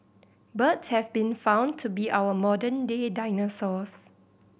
birds have been found to be our modern day dinosaurs